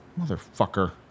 Motherfucker